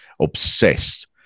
obsessed